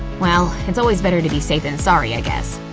well, it's always better to be safe than sorry, i guess.